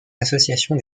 l’association